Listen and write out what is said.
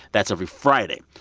that's every friday.